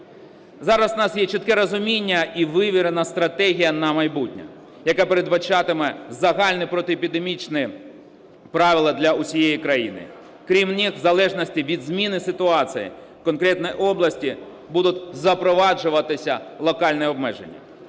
Зараз у нас є чітке розуміння і вивірена стратегія на майбутнє, яка передбачатиме загальні протиепідемічні правила для усієї країни, крім них, в залежності від зміни ситуації у конкретних областях, будуть запроваджуватися локальні обмеження.